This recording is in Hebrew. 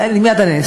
מייד אני אענה.